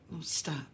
Stop